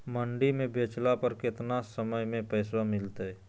मंडी में बेचला पर कितना समय में पैसा मिलतैय?